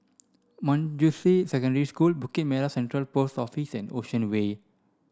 Manjusri Secondary School Bukit Merah Central Post Office and Ocean Way